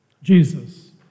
Jesus